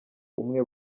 umwe